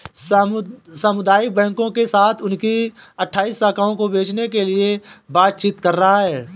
सामुदायिक बैंकों के साथ उनकी अठ्ठाइस शाखाओं को बेचने के लिए बातचीत कर रहा है